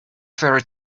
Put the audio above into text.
ferry